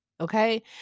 okay